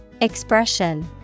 Expression